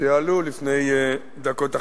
שעלו לפני דקות אחדות,